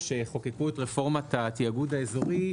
כשחוקקו את רפורמת התאגוד האזורי,